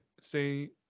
say